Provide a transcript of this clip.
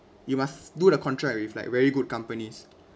you must do the contract with like very good companies